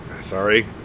Sorry